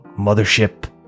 Mothership